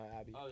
Abby